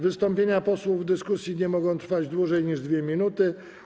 Wystąpienia posłów w dyskusji nie mogą trwać dłużej niż 2 minuty.